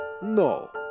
¡No